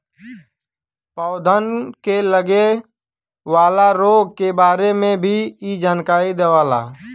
पौधन के लगे वाला रोग के बारे में भी इ जानकारी देवला